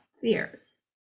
fears